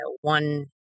one